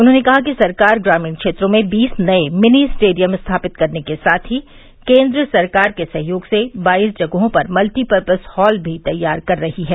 उन्होंने कहा कि सरकार ग्रामीण क्षेत्रों में बीस नये मिनी स्टेडियम स्थापित करने के साथ ही केन्द्र सरकार के सहयोग से बाईस जगहों पर मल्टीपर्पज हाल भी तैयार कर रही है